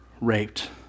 raped